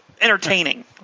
entertaining